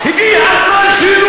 אם היושבת-ראש תיתן לי, אענה לך.